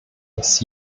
dass